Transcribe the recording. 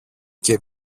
και